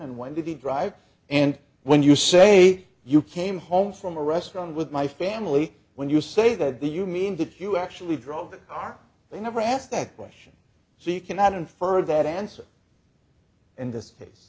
and why did he drive and when you say you came home from a restaurant with my family when you say that the you mean that you actually drove that car they never asked that question so you cannot infer that answer in th